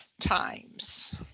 times